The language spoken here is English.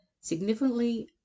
significantly